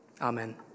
Amen